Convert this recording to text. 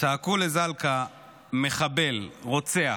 וצעקו לזלקה "מחבל" "רוצח"